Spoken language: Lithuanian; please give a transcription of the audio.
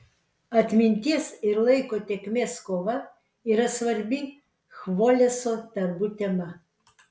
atminties ir laiko tėkmės kova yra svarbi chvoleso darbų tema